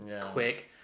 quick